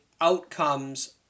outcomes